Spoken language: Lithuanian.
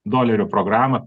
dolerių programą